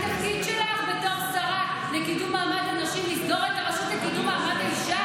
שלך בתור שרה הוא לסגור את הרשות לקידום מעמד האישה?